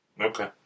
Okay